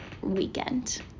weekend